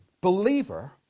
believer